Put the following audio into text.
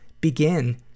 begin